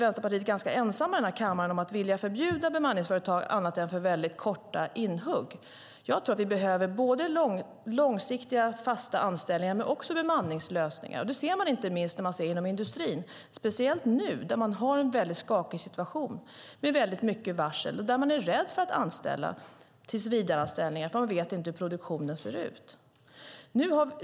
Vänsterpartiet är ganska ensamt i kammaren om att vilja förbjuda bemanningsföretag annat än för mycket korta inhopp. Jag tror att vi behöver både långsiktiga fasta anställningar och bemanningslösningar. Det ser man inte minst inom industrin, speciellt nu när situationen är skakig med många varsel och när man är rädd för att tillsvidareanställa eftersom man inte vet hur produktionen ser ut.